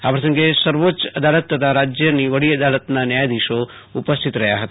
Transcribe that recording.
આ પ્રસંગે સર્વોચ્ય અદાલત તથા રાજ્યની વડી અદાલતના ન્યાયાધીશો ઉપસ્થિત રહ્યા હતા